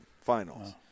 finals